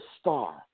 star